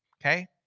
Okay